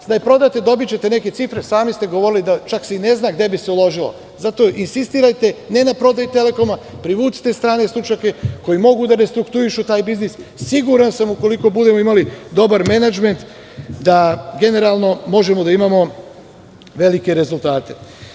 Da je prodate, dobićete neke cifre, sami ste govorili, čak se i ne zna gde bi se uložilo, zato insistirajte ne na prodaji Telekoma, privucite strane stručnjake koji mogu da restruktuišu taj biznis, siguran sam koliko budemo imali dobar menadžment da generalno možemo da imamo velike rezultate.